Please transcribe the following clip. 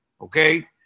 okay